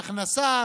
ההכנסה,